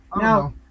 Now